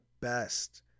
best